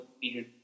period